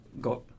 got